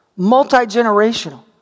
multi-generational